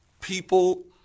people